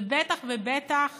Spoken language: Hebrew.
ובטח ובטח